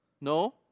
No